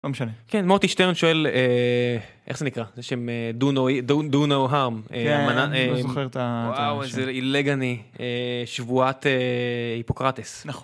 לא משנה. כן, מוטי שטרן שואל אה.. איך זה נקרא? זה שהם דונו אי.. do no harm. כן, אני לא זוכר את ה... וואו, איזה עילג אני אה.. שבועת אה.. היפוקרטס. נכון.